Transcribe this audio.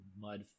mud